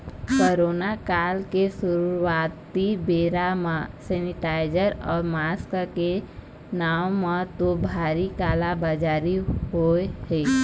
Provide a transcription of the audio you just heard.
corona काल के शुरुआती बेरा म सेनीटाइजर अउ मास्क के नांव म तो भारी काला बजारी होय हे